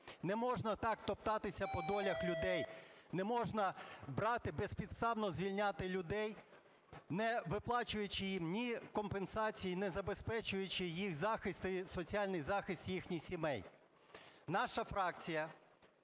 Не можна так топтатися по долях людей. Не можна брати безпідставно звільняти людей, не виплачуючи їм ні компенсації, не забезпечуючи їх захист, соціальний захист їх сімей. Наша фракція